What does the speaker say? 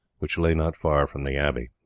which lay not far from the abbey.